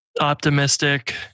optimistic